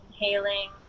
Inhaling